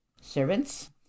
Servants